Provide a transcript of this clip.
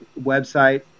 website